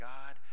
God